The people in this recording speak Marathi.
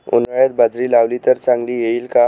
उन्हाळ्यात बाजरी लावली तर चांगली येईल का?